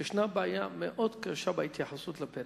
שיש בעיה מאוד קשה בהתייחסות לפריפריה.